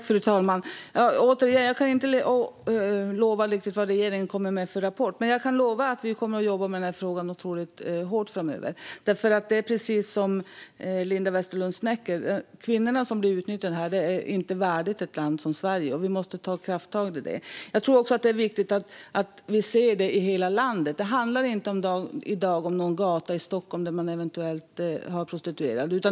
Fru talman! Jag kan inte lova något om vad regeringen kommer med för rapport, men jag kan lova att vi kommer att jobba otroligt hårt med frågan framöver. Det är precis som Linda Westerlund Snecker säger: att kvinnor utnyttjas här är inte värdigt ett land som Sverige. Vi måste ta krafttag mot det. Jag tror också att det är viktigt att vi ser detta i hela landet. I dag handlar det inte om någon gata i Stockholm där det eventuellt finns prostituerade.